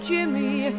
Jimmy